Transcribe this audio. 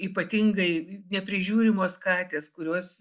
ypatingai neprižiūrimos katės kurios